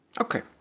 Okay